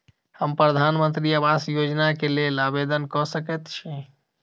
हम प्रधानमंत्री आवास योजना केँ लेल आवेदन कऽ सकैत छी?